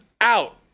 out